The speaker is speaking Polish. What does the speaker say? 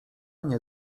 nie